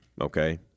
Okay